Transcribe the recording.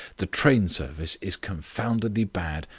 the train service is confoundedly bad,